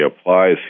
applies